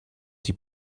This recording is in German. die